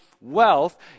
wealth